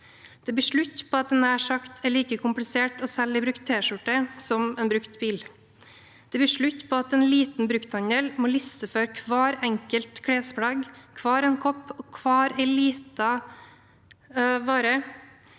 Det blir slutt på at det nær sagt er like komplisert å selge en brukt Tskjorte som en brukt bil. Det blir slutt på at en liten brukthandel må listeføre hvert enkelt klesplagg, hver en kopp og hver en liten vare